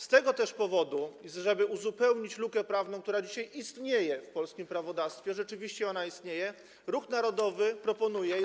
Z tego też powodu, żeby uzupełnić lukę prawną, która dzisiaj istnieje w polskim prawodawstwie - ona rzeczywiście istnieje - Ruch Narodowy proponuje projekt.